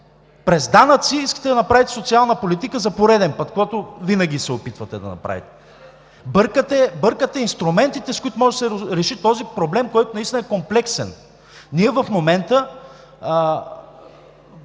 през данъците искате да направите социална политика, каквото винаги се опитвате да направите. Бъркате инструментите, с които може да се реши този проблем, който наистина е комплексен. Ние в момента